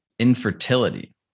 Infertility